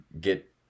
get